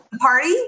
party